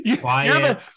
quiet